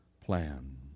plan